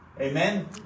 Amen